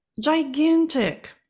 gigantic